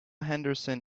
henderson